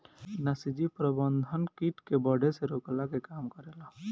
नाशीजीव प्रबंधन किट के बढ़े से रोकला के काम करेला